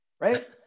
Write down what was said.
right